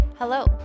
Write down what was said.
Hello